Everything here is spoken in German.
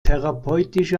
therapeutische